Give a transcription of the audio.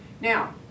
Now